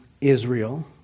israel